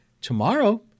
Tomorrow